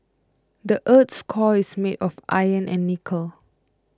the earth's core is made of iron and nickel